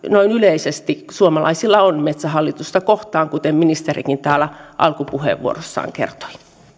noin yleisesti suomalaisilla on metsähallitusta kohtaan kuten ministerikin täällä alkupuheenvuorossaan kertoi